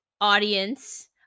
audience